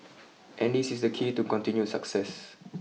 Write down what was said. and this is the key to continued success